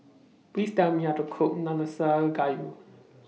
Please Tell Me How to Cook Nanakusa Gayu